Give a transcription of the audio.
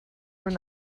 were